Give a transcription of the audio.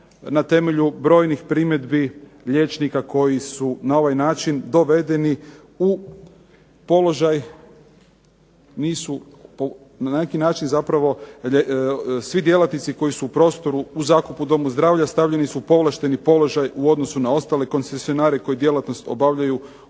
na temelju brojnih primjedbi liječnika koji su na ovaj način dovedeni u položaj, nisu na neki način zapravo svi djelatnici koji su u prostoru, u zakupu u domu zdravlja stavljeni su u povlašteni položaj u odnosu na ostale koncesionare koji djelatnost obavljaju u